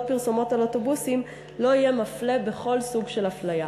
פרסומות על אוטובוסים לא יהיה מפלה בכל סוג של אפליה.